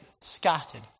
scattered